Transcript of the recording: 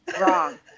Wrong